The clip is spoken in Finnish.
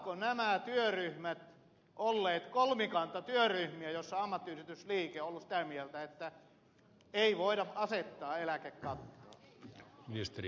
ovatko nämä työryhmät olleet kolmikantatyöryhmiä joissa ammattiyhdistysliike on ollut sitä mieltä että ei voida asettaa eläkekattoa